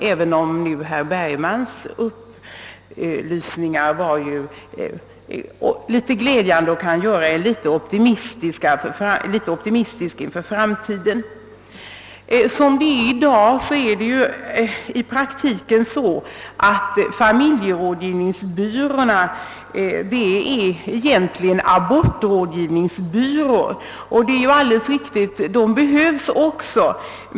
Men herr Bergmans upplysningar på den här punkten lyckades ändå göra mig en smula optimistisk inför framtiden. Läget i dag är i praktiken att familjerådgivningsbyråerna egentligen fungerar i huvudsak som abortrådgivningsbyråer. Det är alldeles riktigt att de också behövs.